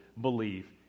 believe